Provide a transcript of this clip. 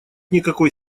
никакой